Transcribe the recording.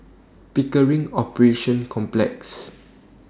Pickering Operations Complex